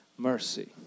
mercy